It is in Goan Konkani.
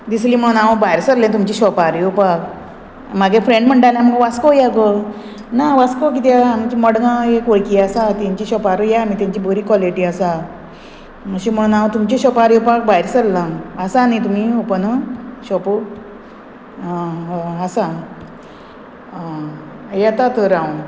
दिसलें म्हण हांव भायर सरलें तुमचे शॉपार येवपाक मागे फ्रेंड म्हणटालें आमी वास्को या गो ना वास्को कित्या आमचें मडगांव एक वळखी आसा तेंचे शॉपारू या आमी तेंची बरी क्वॉलिटी आसा अशी म्हण हांव तुमच्या शॉपार येवपाक भायर सरलां आसा न्ही तुमी ओपन शॉपू आं आसा आं येता तर हांव